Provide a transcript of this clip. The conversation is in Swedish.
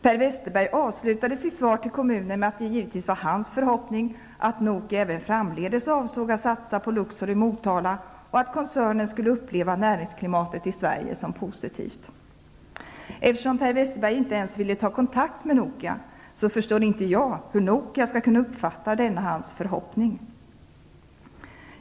Per Westerberg avslutade sitt svar till kommunen med att det givetvis var hans förhoppning att Nokia även framdeles avsåg att satsa på Luxor i Motala och att koncernen skulle uppleva näringsklimatet i Sverige som positivt. Eftersom Per Westerberg inte ens ville ta kontakt med Nokia förstår inte jag hur Nokia skall kunna uppfatta denna hans förhoppning.